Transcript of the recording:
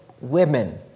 women